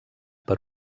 per